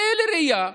ולראיה,